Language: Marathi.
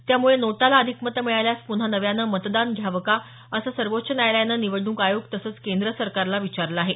त्यामुळे नोटाला अधिक मतं मिळाल्यास पुन्हा नव्याने मतदान घ्यावं का असं सर्वोच्च न्यायालयाने निवडणूक आयोग तसंच केंद्र सरकारला विचारल आहे